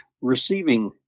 receiving